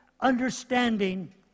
understanding